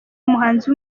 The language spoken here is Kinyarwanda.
umuhanzi